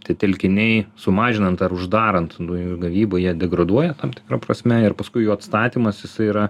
tie telkiniai sumažinant ar uždarant dujų gavybą jie degraduoja tam tikra prasme ir paskui jų atstatymas jisai yra